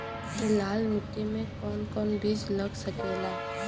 लाल मिट्टी में कौन कौन बीज लग सकेला?